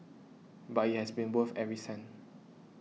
but it has been worth every cent